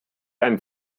einen